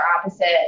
opposite